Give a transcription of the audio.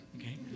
okay